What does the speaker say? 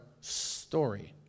story